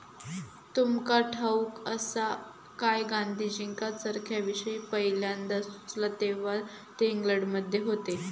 तुमका ठाऊक आसा काय, गांधीजींका चरख्याविषयी पयल्यांदा सुचला तेव्हा ते इंग्लंडमध्ये होते